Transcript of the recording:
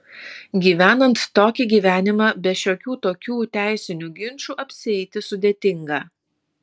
gyvenant tokį gyvenimą be šiokių tokių teisinių ginčų apsieiti sudėtinga